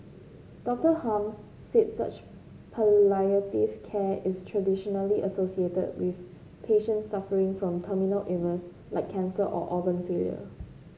Doctor Hum said such palliative care is traditionally associated with patients suffering from terminal illness like cancer or organ failure